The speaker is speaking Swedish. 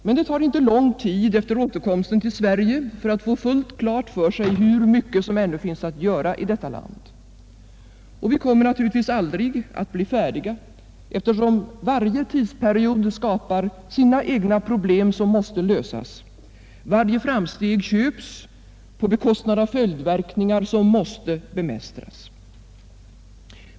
Men det tar inte lång tid efter återkomsten till Sverige för att få fullt klart för sig hur mycket som ännu finns att göra i detta land. Och vi kommer naturligtvis aldrig att bli färdiga, eftersom varje tidsperiod skapar sina egna problem som måste lösas, varje framsteg köps på bekostnad av följdverkningar som måste bemästras.